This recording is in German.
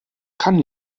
kann